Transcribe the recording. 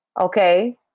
okay